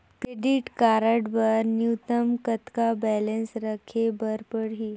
Credit card बर न्यूनतम कतका बैलेंस राखे बर पड़ही?